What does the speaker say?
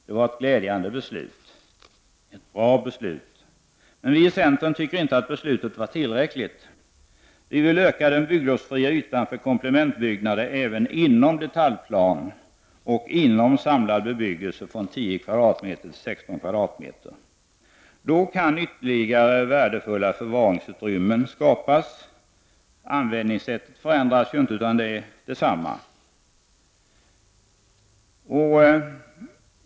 Det var ett glädjande beslut, ett bra beslut. Vi i centern tycker inte att beslutet var tillräckligt. Vi vill öka den bygglovsfria ytan för komplementbyggnader även inom detaljplan och inom samlad bebyggelse från 10 m? till 16 m?. Då kan ytterligare värdefulla förvaringsutrymmen skapas. Användningssättet förändras inte utan är detsamma.